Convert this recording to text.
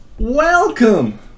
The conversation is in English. Welcome